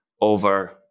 over